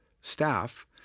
staff